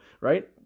right